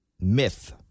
myth